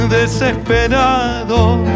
desesperado